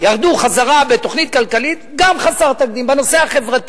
ירדו חזרה בתוכנית כלכלית, גם חסרת תקדים.